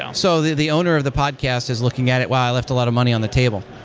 um so the the owner of the podcast is looking at it while i left a lot of money on the table.